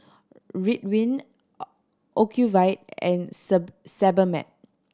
Ridwind Ocuvite and Sebamed